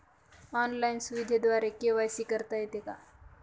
Online सुविधेद्वारे KYC करता येते का?